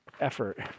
effort